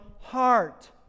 heart